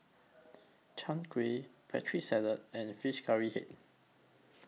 Chai Kueh Putri Salad and Fish Curry Head